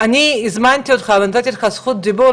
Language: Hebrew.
אני הזמנתי אותך ונתתי לך זכות דיבור,